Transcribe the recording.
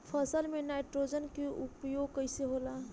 फसल में नाइट्रोजन के उपयोग कइसे होला?